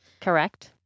Correct